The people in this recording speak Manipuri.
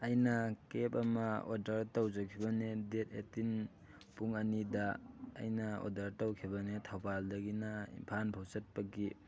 ꯑꯩꯅ ꯀꯦꯞ ꯑꯃ ꯑꯣꯗꯔ ꯇꯧꯖꯈꯤꯕꯅꯦ ꯗꯦꯠ ꯑꯥꯏꯠꯇꯤꯟ ꯄꯨꯡ ꯑꯅꯤꯗ ꯑꯩꯅ ꯑꯣꯗꯔ ꯇꯧꯈꯤꯕꯅꯦ ꯊꯧꯕꯥꯜꯗꯒꯤꯅ ꯏꯝꯐꯥꯜ ꯐꯥꯎ ꯆꯠꯄꯒꯤ